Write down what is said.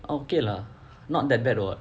okay lah not that bad [what]